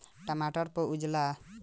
टमाटर पर उजला किट का है?